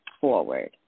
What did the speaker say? forward